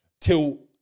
till